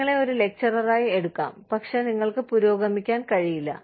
നിങ്ങളെ ഒരു ലക്ചററായി എടുക്കാം പക്ഷേ നിങ്ങൾക്ക് പുരോഗമിക്കാൻ കഴിയില്ല